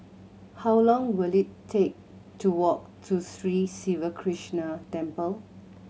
how long will it take to walk to Sri Siva Krishna Temple